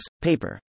Paper